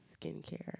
skincare